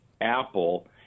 Apple